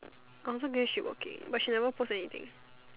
I also gain she working but she never post anything